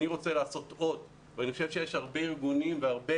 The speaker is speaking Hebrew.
אני רוצה לעשות עוד ואני חושב שיש הרבה ארגונים והרבה